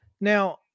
Now